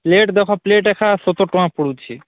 plate ଦେଖ plate ଲେଖାଁ ସତୁରି ଟଙ୍କା ପଡ଼ୁଛି